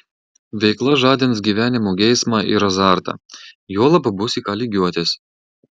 veikla žadins gyvenimo geismą ir azartą juolab bus į ką lygiuotis